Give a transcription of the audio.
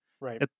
right